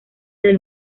del